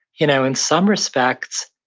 you know in some respects,